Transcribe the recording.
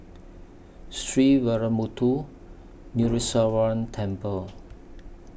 Sree Veeramuthu Muneeswaran Temple